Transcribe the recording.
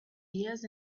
years